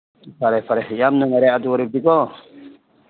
ꯐꯔꯦ ꯐꯔꯦ ꯌꯥꯝ ꯅꯨꯡꯉꯥꯏꯔꯦ ꯑꯗꯨ ꯑꯣꯏꯔꯕꯗꯤꯀꯣ